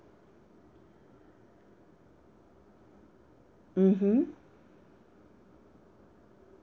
mmhmm